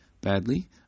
badly